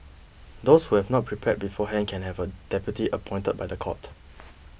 those who have not prepared beforehand can have a deputy appointed by the court